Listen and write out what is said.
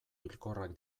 hilkorrak